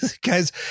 guys